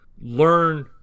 learn